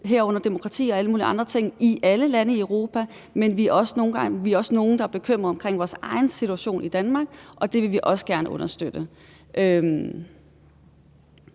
herunder demokrati og alle mulige andre ting, i alle lande i Europa. Men vi er også nogle, der er bekymret om vores egen situation i Danmark, og det vil vi også gerne understøtte.